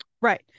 Right